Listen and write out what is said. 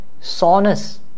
soreness